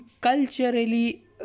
culturally